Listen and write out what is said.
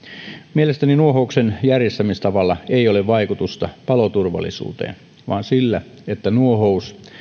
mielestäni nuohouksen järjestämistavalla ei ole vaikutusta paloturvallisuuteen vaan sillä että nuohous